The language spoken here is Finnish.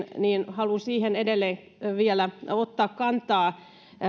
haluan edelleen vielä ottaa kantaa